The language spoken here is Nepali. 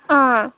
अँ